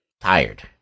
tired